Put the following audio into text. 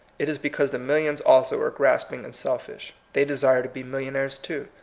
it is because the millions also are grasping and selfish they desire to be millionnaires too.